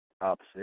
opposite